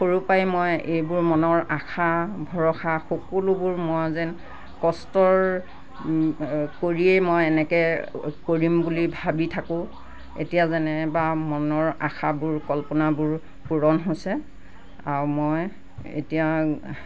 সৰু পৰাই মই এইবোৰ মনৰ আশা ভৰসা সকলোবোৰ মই যেন কষ্টৰ কৰিয়েই মই এনেকৈ কৰিম বুলি ভাবি থাকোঁ এতিয়া যেনিবা মনৰ আশাবোৰ কল্পনাবোৰ পূৰণ হৈছে আৰু মই এতিয়া